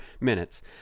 minutes